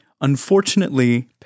Unfortunately